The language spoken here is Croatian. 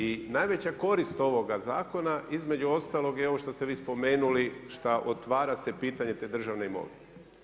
I najveća korist ovoga zakona između ostalog je i ovo što ste vi spomenuli šta otvara se pitanje te državne imovine.